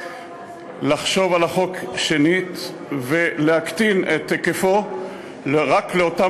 לחשוב על החוק שנית ולהקטין את היקפו רק לאותם